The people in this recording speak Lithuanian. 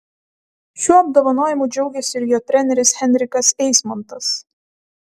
šiuo apdovanojimu džiaugėsi ir jo treneris henrikas eismontas